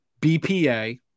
BPA